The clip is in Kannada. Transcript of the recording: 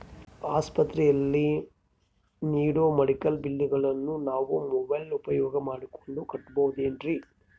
ಆಸ್ಪತ್ರೆಯಲ್ಲಿ ನೇಡೋ ಮೆಡಿಕಲ್ ಬಿಲ್ಲುಗಳನ್ನು ನಾವು ಮೋಬ್ಯೆಲ್ ಉಪಯೋಗ ಮಾಡಿಕೊಂಡು ಕಟ್ಟಬಹುದೇನ್ರಿ?